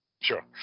Sure